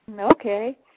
okay